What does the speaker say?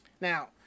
Now